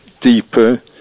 deeper